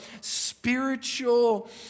spiritual